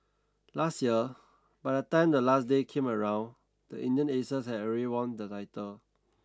last year by the time the last day came around the Indian Aces had already won the title